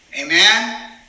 Amen